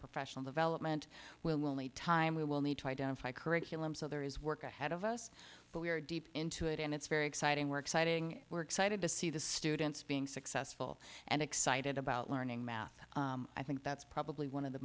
professional development will only time we will need to identify curriculum so there is work ahead of us but we are deep into it and it's very exciting work sighting we're excited to see the students being successful and excited about learning math i think that's probably one of the